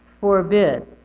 forbid